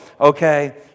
Okay